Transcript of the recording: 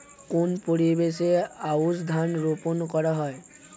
কোন পরিবেশে আউশ ধান রোপন করা হয়?